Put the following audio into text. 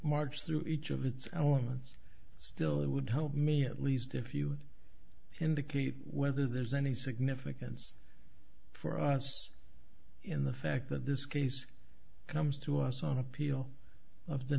march through each of the elements still it would help me at least if you indicate whether there's any significance for us in the fact that this case comes to us on appeal of the